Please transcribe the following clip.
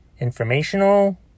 Informational